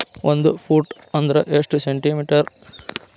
ಒಂದು ಫೂಟ್ ಅಂದ್ರ ಎಷ್ಟು ಸೆಂಟಿ ಮೇಟರ್?